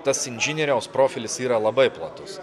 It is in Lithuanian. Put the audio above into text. tas inžinieriaus profilis yra labai platus